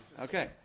Okay